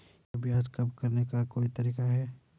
क्या ब्याज कम करने का कोई तरीका है?